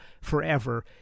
forever